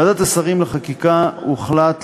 בוועדת השרים לחקיקה הוחלט,